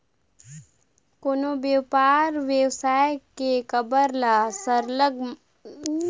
कोनो बयपार बेवसाय के करब म सरलग माल ल कोनो ना कोनो लइजे लाने बर गाड़ी के जरूरत तो परबे करथे